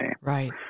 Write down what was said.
Right